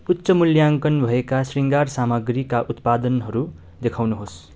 उच्च मूल्याङ्कन भएका शृङ्गार सामग्रीका उत्पादनहरू देखाउनुहोस्